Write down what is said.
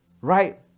right